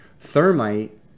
Thermite